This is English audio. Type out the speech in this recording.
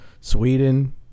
Sweden